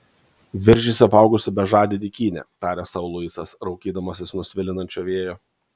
viržiais apaugusi bežadė dykynė tarė sau luisas raukydamasis nuo svilinančio vėjo